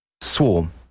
Swarm